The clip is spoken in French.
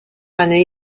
année